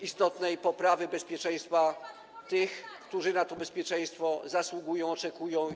istotnej poprawy bezpieczeństwa tych, którzy na to bezpieczeństwo zasługują, oczekują.